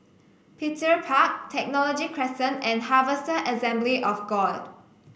Petir Park Technology Crescent and Harvester Assembly of God